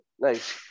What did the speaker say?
nice